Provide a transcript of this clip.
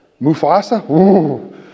Mufasa